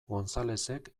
gonzalezek